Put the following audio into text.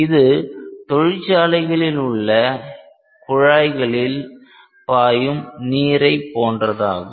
இது தொழிற்சாலைகளில் உள்ள குழாய்களில் பாயும் நீரை போன்றதாகும்